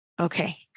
Okay